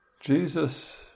Jesus